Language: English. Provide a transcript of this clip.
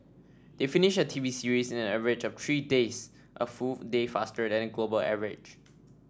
they finish a TV series in an average of three days a full day faster than the global average